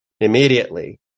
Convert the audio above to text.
immediately